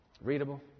Readable